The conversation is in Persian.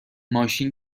ماشین